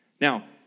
Now